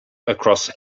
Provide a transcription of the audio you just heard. across